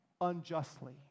unjustly